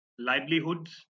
livelihoods